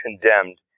condemned